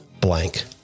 blank